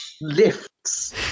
lifts